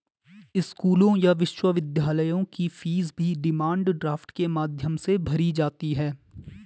स्कूलों या विश्वविद्यालयों की फीस भी डिमांड ड्राफ्ट के माध्यम से भरी जाती है